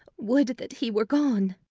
would that he were gone!